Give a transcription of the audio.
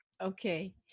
Okay